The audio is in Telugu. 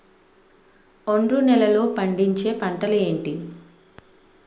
ఒండ్రు నేలలో పండించే పంటలు ఏంటి?